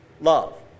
Love